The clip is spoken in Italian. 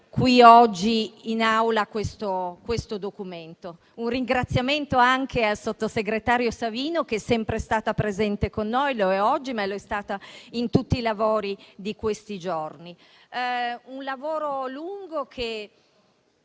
oggi in Aula questo documento. Un ringraziamento va anche al sottosegretario Savino, che è sempre stata presente con noi, lo è oggi, ma lo è stata in tutto il corso dei lavori di questi giorni. Si è trattato di